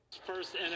first